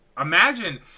imagine